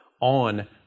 on